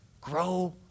grow